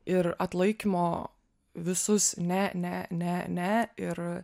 ir atlaikymo visus ne ne ne ne ir